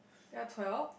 ya twelve